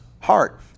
heart